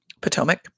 Potomac